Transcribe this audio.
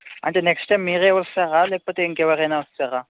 అంటే next time మీరు వస్తారా లేకపోతే ఇంకా ఎవరైనా వస్తారా